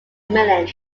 milne